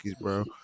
bro